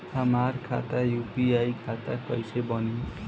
हमार खाता यू.पी.आई खाता कइसे बनी?